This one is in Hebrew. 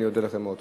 אני אודה לך מאוד.